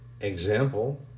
example